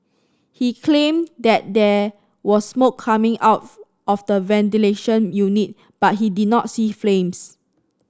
he claimed that there was smoke coming out of the ventilation unit but he did not see flames